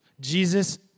Jesus